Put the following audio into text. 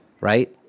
right